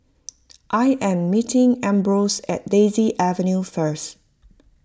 I am meeting Ambrose at Daisy Avenue first